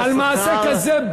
על מעשה כזה,